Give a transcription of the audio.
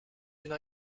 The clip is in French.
d’une